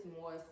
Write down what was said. more